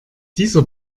dieser